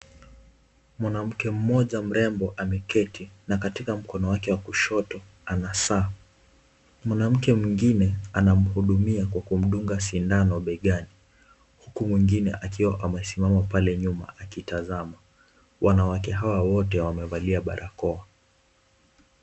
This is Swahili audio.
Mwanamke mmoja mrembo ameketi na katika mkono wake wa kushoto ana saa. Mwanamke mwingine anamhudumia kwa kumdunga sindano begani huku mwingine akiwa amesimama pale nyuma akitazama. Wanawake hawa wote wamevalia barakoa.